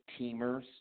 teamers